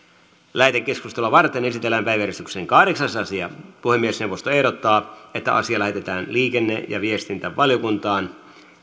lähetekeskustelua varten esitellään päiväjärjestyksen kahdeksas asia puhemiesneuvosto ehdottaa että asia lähetetään liikenne ja viestintävaliokuntaan